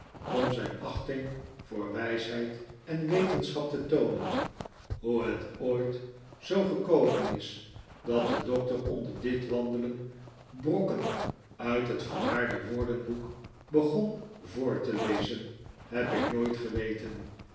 om zijn achting voor wijsheid en wetenschap te toonen hoe het ooit zoo gekomen is dat de doctor onder dit wandelen brokken uit het vermaarde woordenboek begon voor te lezen heb ik nooit geweten